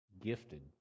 gifted